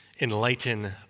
enlighten